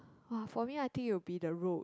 !wah! for me I think it will be the road